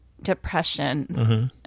Depression